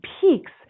peaks